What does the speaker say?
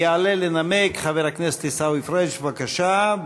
יעלה לנמק חבר הכנסת עיסאווי פריג', בבקשה.